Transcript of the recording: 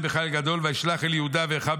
כמו סנוואר האח,